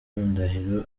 ndahiro